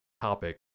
topic